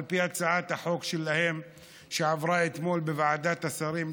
על פי הצעת החוק שלהם שעברה אתמול בוועדת השרים לחקיקה,